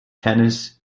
tennis